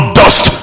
dust